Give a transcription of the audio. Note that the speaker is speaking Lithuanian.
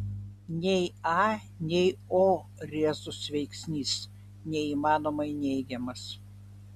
nei a nei o rezus veiksnys neįmanomai neigiamas